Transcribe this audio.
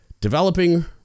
developing